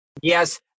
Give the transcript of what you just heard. Yes